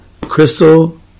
Crystal